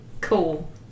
Cool